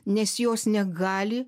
nes jos negali